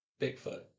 Bigfoot